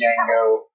Django